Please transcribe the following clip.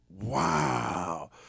Wow